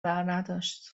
برنداشت